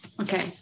okay